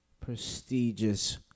Prestigious